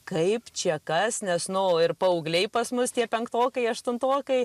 kaip čia kas nes nu ir paaugliai pas mus tie penktokai aštuntokai